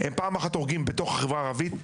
הם פעם אחת הורגים בתוך החברה הערבית,